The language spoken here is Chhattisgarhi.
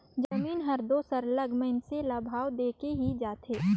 जमीन हर दो सरलग मइनसे ल भाव देके ही जाथे